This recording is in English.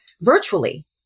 virtually